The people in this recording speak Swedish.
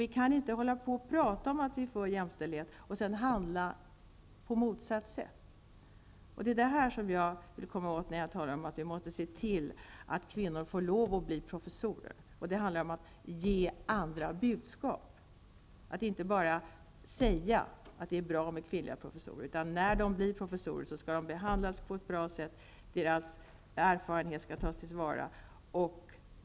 Vi kan inte prata om att vi är för jämställdhet och sedan handla på motsatt sätt. Det är det som jag vill komma åt när jag talar om att vi måste se till att kvinnor får bli professorer. Det handlar om att ge andra budskap, att inte bara säga att det är bra med kvinnliga professorer. När kvinnor blir professorer skall de också behandlas på ett bra sätt, och deras erfarenheter skall tas till vara.